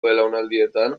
belaunaldietan